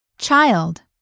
Child